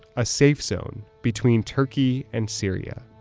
a safe zone between turkey and syria.